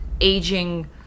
aging